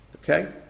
Okay